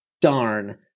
darn